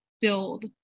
build